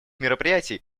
мероприятий